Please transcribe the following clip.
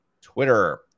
Twitter